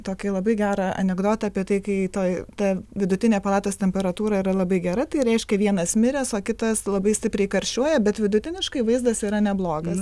tokį labai gerą anekdotą apie tai kai toj ta vidutinė palatos temperatūra yra labai gera tai reiškia vienas miręs o kitas labai stipriai karščiuoja bet vidutiniškai vaizdas yra neblogas